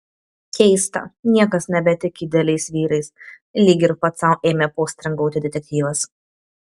keista niekas nebetiki idealiais vyrais lyg ir pats sau ėmė postringauti detektyvas